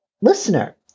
listener